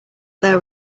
there